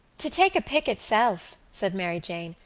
to take a pick itself, said mary jane,